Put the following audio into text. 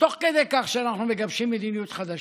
תוך כדי כך שאנחנו מגבשים מדיניות חדשה,